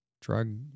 drug